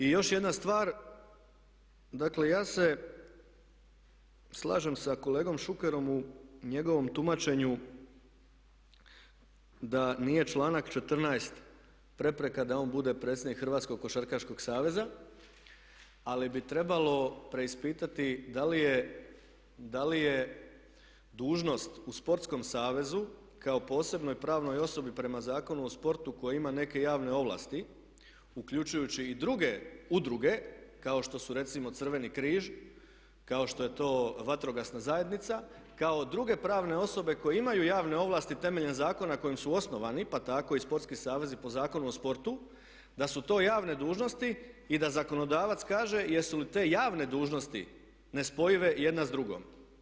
I još jedna stvar, dakle ja se slažem sa kolegom Šukerom u njegovom tumačenju da nije članak 14. prepreka da on bude predsjednik Hrvatskog košarkaškog saveza ali bi trebalo preispitati da li je dužnost u sportskom savezu kao posebnoj pravnoj osobi prema Zakonu o sportu koji ima neke javne ovlasti uključujući i druge udruge kao što su recimo Crveni križ, kao što je to vatrogasna zajednica, kao druge pravne osobe koje imaju javne ovlasti temeljem zakona kojim su osnovani pa tako i sportski savezi po Zakonu o sportu da su to javne dužnosti i da zakonodavac kaže jesu li te javne dužnosti nespojive jedna s drugom.